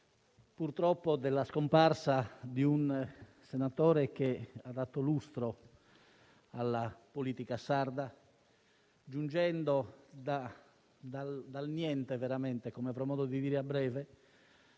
purtroppo della scomparsa di un senatore che ha dato lustro alla politica sarda, giungendo veramente dal niente, come avrò modo di dire a breve,